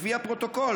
לפי הפרוטוקול,